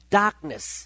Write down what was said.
darkness